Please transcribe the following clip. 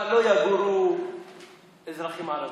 ואם אני הייתי אומר שבבאר שבע לא יגורו אזרחים ערבים?